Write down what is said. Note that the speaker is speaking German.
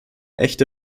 echte